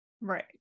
Right